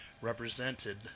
represented